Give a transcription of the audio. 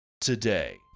today